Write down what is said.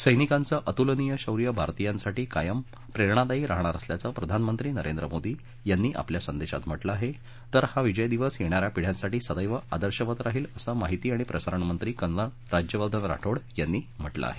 सर्विकांचे अतुलनीय शौर्य भारतीयांसाठी कायम प्रेरणादायी राहणार असल्याचं प्रधानमंत्री नरेंद्र मोदी यांनी आपल्या संदेशात म्हा कें आहे तर हा विजय दिवस येणाऱ्या पिढ्यांसाठी सद्धाआदर्शवत राहील असं माहिती आणि प्रसारणमंत्री कर्नल राज्यवर्धन राठोड यांनी म्हा किं आहे